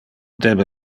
debe